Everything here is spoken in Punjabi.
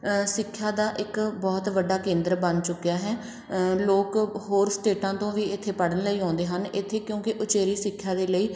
ਸਿੱਖਿਆ ਦਾ ਇੱਕ ਬਹੁਤ ਵੱਡਾ ਕੇਂਦਰ ਬਣ ਚੁੱਕਿਆ ਹੈ ਲੋਕ ਹੋਰ ਸਟੇਟਾਂ ਤੋਂ ਵੀ ਇੱਥੇ ਪੜ੍ਹਨ ਲਈ ਆਉਂਦੇ ਹਨ ਇੱਥੇ ਕਿਉਂਕਿ ਉਚੇਰੀ ਸਿੱਖਿਆ ਦੇ ਲਈ